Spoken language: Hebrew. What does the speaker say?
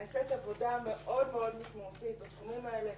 נעשית עבודה מאוד מאוד משמעותית בתחומים האלה.